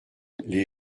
les